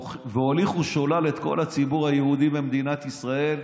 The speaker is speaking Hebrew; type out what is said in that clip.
הוליכו שולל את כל הציבור היהודי במדינת ישראל,